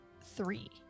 three